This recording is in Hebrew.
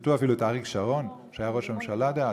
שציטטו אפילו את אריק שרון, ראש הממשלה דאז,